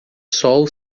sol